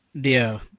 Dear